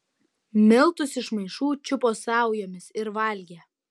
miltus iš maišų čiupo saujomis ir valgė